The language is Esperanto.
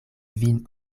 vin